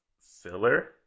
filler